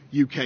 UK